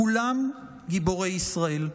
כולם גיבורי ישראל.